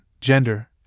gender